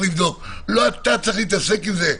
לא אתה צריך להתעסק עם זה.